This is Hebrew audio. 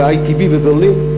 ב-ITB בברלין,